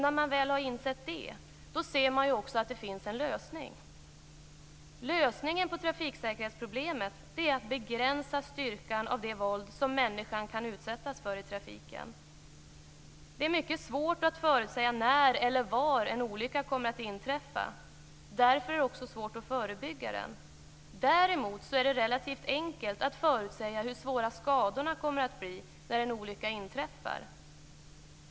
När man väl har insett detta ser man också att det finns en lösning. Lösningen på trafiksäkerhetsproblemet är att begränsa styrkan i det våld som människan kan komma att utsättas för i trafiken. Det är mycket svårt att förutsäga när eller var en olycka kommer att inträffa. Därför är det också svårt att förebygga den. Däremot är det relativt enkelt att förutsäga hur svåra skadorna kommer att bli när en olycka inträffar.